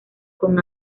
con